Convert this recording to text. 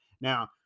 Now